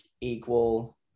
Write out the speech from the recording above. equal –